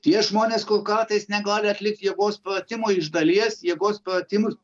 tie žmonės kur kartais negali atlikt jėgos pratimų iš dalies jėgos pratimus